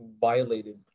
violated